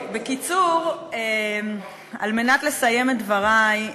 כדי לסיים את דברי,